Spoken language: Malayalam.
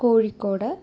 കോഴിക്കോട്